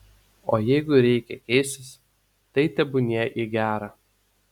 o jeigu reikia keistis tai tebūnie į gera